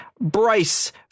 Bryce